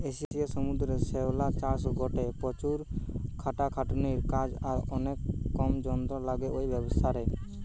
এশিয়ার সমুদ্রের শ্যাওলা চাষ গটে প্রচুর খাটাখাটনির কাজ আর অনেক কম যন্ত্র লাগে ঔ ব্যাবসারে